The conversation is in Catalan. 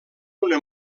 una